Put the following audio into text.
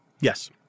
Yes